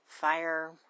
fire